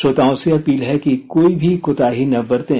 श्रोताओं से अपील है कि कोई भी कोताही न बरतें